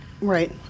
Right